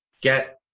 get